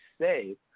say